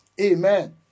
Amen